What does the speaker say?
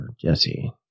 Jesse